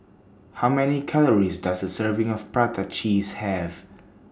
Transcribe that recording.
How Many Calories Does A Serving of Prata Cheese Have